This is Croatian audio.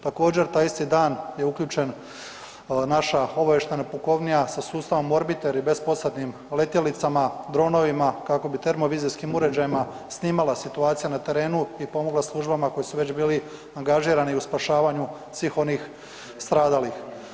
Također taj isti dan je uključen naša obavještajna pukovnija sa sustavom „Orbiter“ i bezposadnim letjelicama dronovima kako bi termo vizijskim uređajima snimala situacije na terenu i pomogla službama koje su već bili angažirani u spašavanju svih onih stradalih.